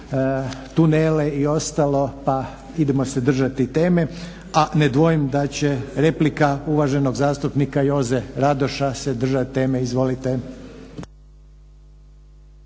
tunele i ostalo pa idemo se držati teme, a ne dvojim da će replika uvaženog zastupnika Joze Radoša se držati teme. Izvolite.